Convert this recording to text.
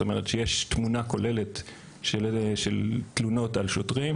זאת אומרת, שיש תמונה כוללת של תלונות על שוטרים.